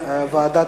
בעד,